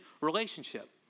relationship